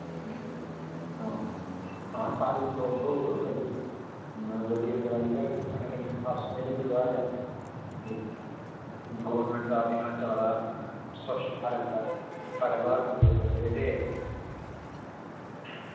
हां हां सारें गी सौख होग गड्डी गड्डी अंदर आई जाह्ग कन्नै कन्नै साफ सफाई रौंहदी बाह्रै मतलब गौरमेंट दा अभियान चला दा स्वच्छ भारत दा ते साढ़े बाह्र कूड़े दे लग्गे दे ढेर